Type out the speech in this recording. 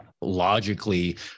logically